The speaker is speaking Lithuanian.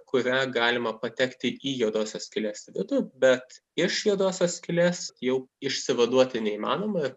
kurią galima patekti į juodosios skylės vidų bet iš juodosios skylės jau išsivaduoti neįmanoma